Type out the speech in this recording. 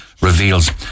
reveals